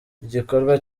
igikorwa